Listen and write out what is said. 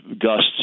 gusts